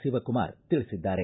ಸಿವಕುಮಾರ್ ತಿಳಿಸಿದ್ದಾರೆ